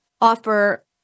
offer